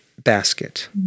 basket